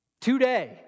Today